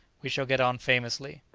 we shall get on famously.